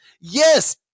Yes